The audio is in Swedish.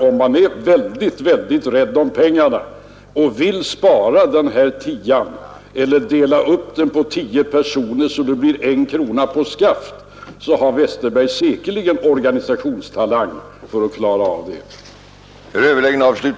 Om man är väldigt rädd om pengarna och vill spara den här tian eller dela upp den på tio personer så att det blir 1 krona per skaft, har herr Westberg säkerligen organisationstalang nog för att klara av det.